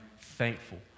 thankful